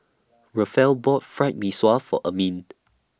Rafael bought Fried Mee Sua For Ermine